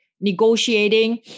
negotiating